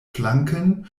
flanken